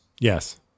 Yes